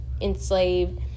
enslaved